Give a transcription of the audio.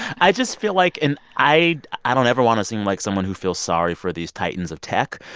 i just feel like and i i don't ever want to seem like someone who feels sorry for these titans of tech.